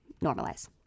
normalize